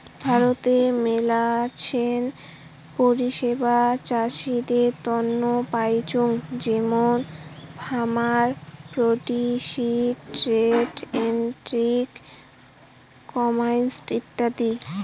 ভারতে মেলাছেন পরিষেবা চাষীদের তন্ন পাইচুঙ যেমন farmer produce trade and commerce ইত্যাদি